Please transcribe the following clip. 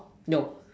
no